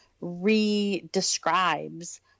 re-describes